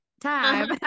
time